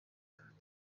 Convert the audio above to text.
abatutsi